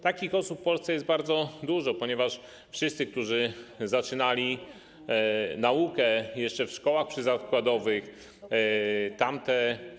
Takich osób w Polsce jest bardzo dużo, ponieważ wszyscy, którzy zaczynali naukę jeszcze w szkołach przyzakładowych, tamte.